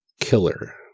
killer